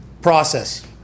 process